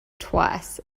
twice